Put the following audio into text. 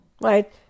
right